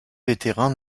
vétérans